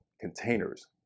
Containers